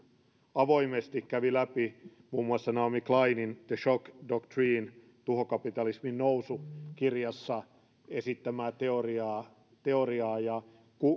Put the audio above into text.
avoimesti kävi läpi muun muassa naomi kleinin the shock doctrine tuhokapitalismin nousu kirjassa esittämää teoriaa teoriaa ja